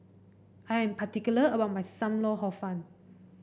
I am particular about my Sam Lau Hor Fun